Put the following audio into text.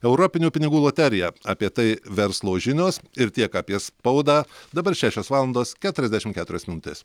europinių pinigų loterija apie tai verslo žinios ir tiek apie spaudą dabar šešios valandos keturiasdešimt keturios minutės